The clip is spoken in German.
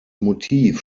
motiv